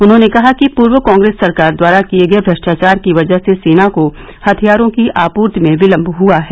उन्होंने कहा कि पूर्व कांग्रेस सरकार द्वारा किये गये भ्रष्टाचार की वजह से सेना को हथियारों की आपूर्ति में विलम्ब हुआ है